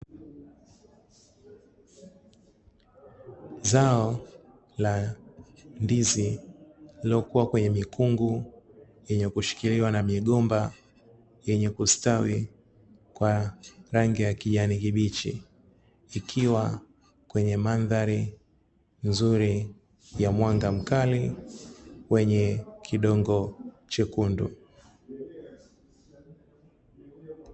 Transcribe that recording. Zao la ndizi lililokua kwenye mikungu yenye kushikiliwa na migomba yenye kustawi kwa rangi ya kijani kibichi, ikiwa kwenye mandhari nzuri ya mwanga mkali wenye kidongo chekundu.